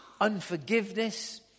unforgiveness